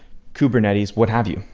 kubernetes, what have you,